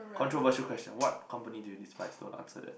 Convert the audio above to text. controversial question what company do you despise don't answer that